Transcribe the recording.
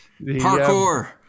Parkour